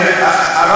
אשמים?